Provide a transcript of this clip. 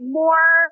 more